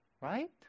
Right